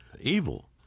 evil